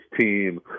team